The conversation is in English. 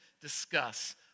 discuss